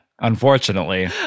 unfortunately